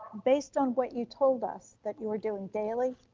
based on what you told us that you were doing daily,